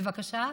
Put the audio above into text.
בבקשה?